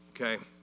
Okay